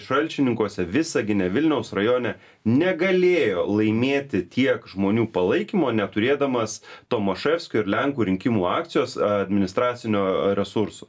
šalčininkuose visagine vilniaus rajone negalėjo laimėti tiek žmonių palaikymo neturėdamas tomaševskio ir lenkų rinkimų akcijos administracinio resursų